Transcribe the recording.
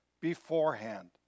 beforehand